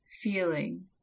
feeling